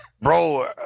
Bro